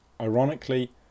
Ironically